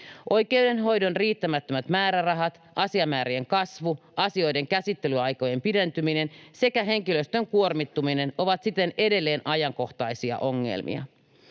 Oikeudenhoidon riittämättömät määrärahat, asiamäärien kasvu, asioiden käsittelyaikojen pidentyminen sekä henkilöstön kuormittuminen ovat siten edelleen ajankohtaisia ongelmia.